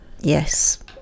Yes